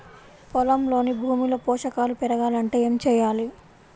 పొలంలోని భూమిలో పోషకాలు పెరగాలి అంటే ఏం చేయాలి?